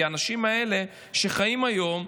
כי האנשים האלה שחיים היום,